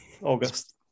August